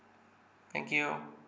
thank you